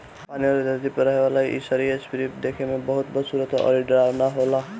पानी अउरी धरती पे रहेवाला इ सरीसृप देखे में बहुते बदसूरत अउरी डरावना होला